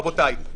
רבותיי.